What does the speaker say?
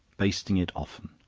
basting it often,